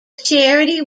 charity